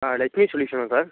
ஆ லெக்ஷ்மி சொல்யூஸனா சார்